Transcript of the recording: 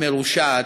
באזורי ספר,